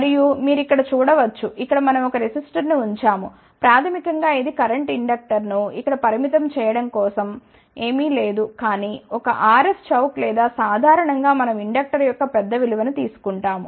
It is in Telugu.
మరియు మీరు ఇక్కడ చూడ వచ్చు ఇక్కడ మనం ఒక రెసిస్టర్ను ఉంచాము ప్రాథమికం గా ఇది కరెంట్ ఇండక్టర్ను ఇక్కడ పరిమితం చేయడం కోసం ఏమీ లేదు కానీ ఒక RF చౌక్ లేదా సాధారణం గా మనం ఇండక్టర్ యొక్క పెద్ద విలువ ను తీసుకుంటాము